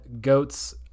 goats